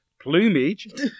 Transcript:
plumage